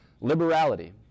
liberality